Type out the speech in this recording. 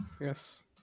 yes